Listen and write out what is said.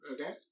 Okay